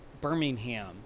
Birmingham